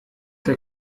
der